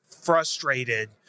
frustrated